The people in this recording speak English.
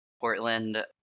Portland